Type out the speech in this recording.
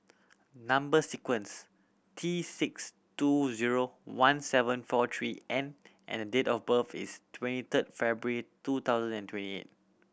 number sequence T six two zero one seven four three N and date of birth is twenty third February two thousand and twenty eight